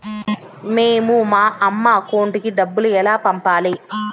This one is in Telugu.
మేము మా అమ్మ అకౌంట్ కి డబ్బులు ఎలా పంపాలి